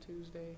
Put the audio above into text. Tuesday